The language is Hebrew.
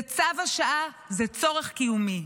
זה צו השעה, זה צורך קיומי.